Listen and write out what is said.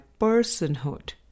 personhood